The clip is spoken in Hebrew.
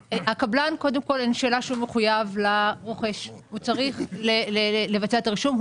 אין שאלה שהוא או מי מטעמו צריך לבצע את הרישום.